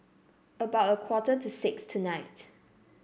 about a quarter to six tonight